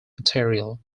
material